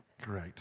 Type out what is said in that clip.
Great